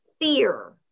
fear